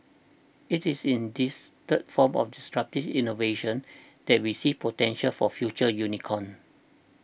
it is in this third form of disruptive innovation that we see potential for future unicorns